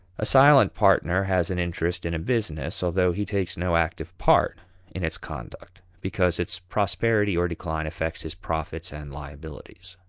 a silent partner has an interest in a business, although he takes no active part in its conduct because its prosperity or decline affects his profits and liabilities.